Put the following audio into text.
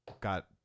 got